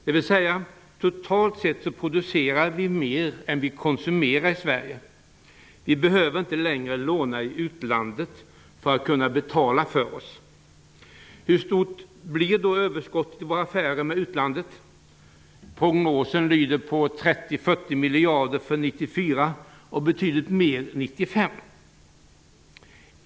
Det betyder att vi totalt sett producerar mer i Sverige än vi konsumerar. Vi behöver inte längre låna i utlandet för att kunna betala för oss. Hur stort blir då överskottet i våra affärer med utlandet? Prognosen lyder på 30 à 40 miljarder för år 1994 och på betydligt mer för år 1995.